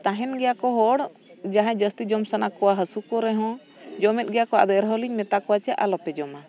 ᱛᱟᱦᱮᱱ ᱜᱮᱭᱟ ᱠᱚ ᱦᱚᱲ ᱡᱟᱦᱟᱸᱭ ᱡᱟᱹᱥᱛᱤ ᱡᱚᱢ ᱥᱟᱱᱟ ᱠᱚᱣᱟ ᱦᱟᱹᱥᱩ ᱠᱚ ᱨᱮᱦᱚᱸ ᱡᱚᱢᱮᱫ ᱜᱮᱭᱟᱠᱚ ᱟᱫᱚ ᱮᱱᱨᱮᱦᱚᱸᱞᱤᱧ ᱢᱮᱛᱟ ᱠᱚᱣᱟ ᱪᱮ ᱟᱞᱚᱯᱮ ᱡᱚᱢᱟ